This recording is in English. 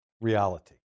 reality